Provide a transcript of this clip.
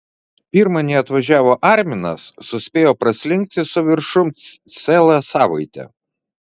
pirma nei atvažiavo arminas suspėjo praslinkti su viršum ciela savaitė